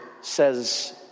says